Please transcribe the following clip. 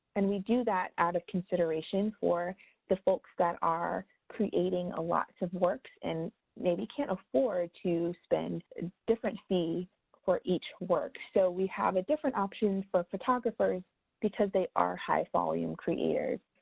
and we do that out of consideration for the folks that are creating lots of works and maybe can't afford to spend different fee for each work. so, we have a different option for photographers because they are high volume creators.